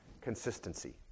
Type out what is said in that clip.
Consistency